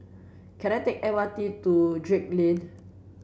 can I take the M R T to Drake Lane